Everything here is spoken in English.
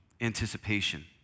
anticipation